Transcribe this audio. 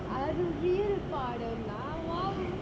அருவியல் பாடம்னா:aruviyal paadamnaa !wow!